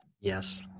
Yes